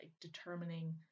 Determining